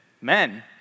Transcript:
Men